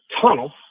tunnel